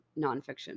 nonfiction